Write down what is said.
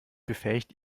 befähigt